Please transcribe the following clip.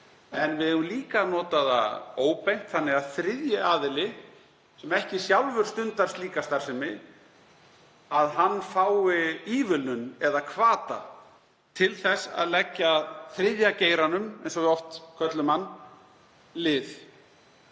en við getum líka notað það óbeint þannig að þriðji aðili, sem ekki sjálfur stundar slíka starfsemi, fái ívilnun eða hvata til þess að leggja þriðja geiranum, eins og við köllum hann oft,